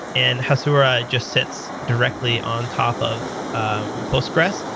and hasura just sits directly on top of postgres.